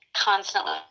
constantly